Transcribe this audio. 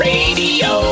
Radio